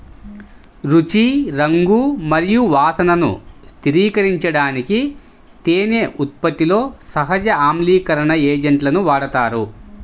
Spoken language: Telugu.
రుచి, రంగు మరియు వాసనను స్థిరీకరించడానికి తేనె ఉత్పత్తిలో సహజ ఆమ్లీకరణ ఏజెంట్లను వాడతారు